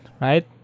right